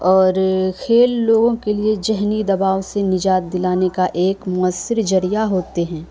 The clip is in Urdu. اور کھیل لوگوں کے لیے ذہنی دباؤ سے نجات دلانے کا ایک موثر ذریعہ ہوتے ہیں